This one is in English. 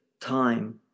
time